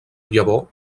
llavor